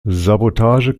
sabotage